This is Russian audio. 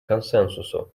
консенсусу